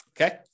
Okay